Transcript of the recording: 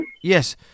Yes